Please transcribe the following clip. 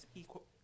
equal